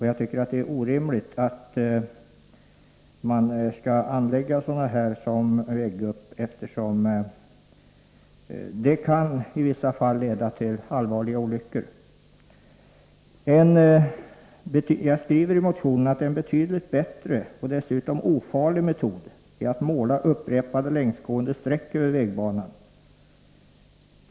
Jag tycker att det är orimligt att man skall anlägga väggupp, eftersom de i vissa fall kan leda till allvarliga olyckor. Jag skriver i motionen att det är en betydligt bättre och dessutom ofarlig metod att måla upprepade längsgående streck över vägbanan.